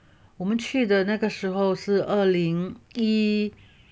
我们去的那个时候是四二零一